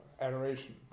Adoration